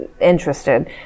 interested